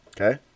Okay